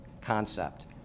concept